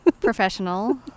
Professional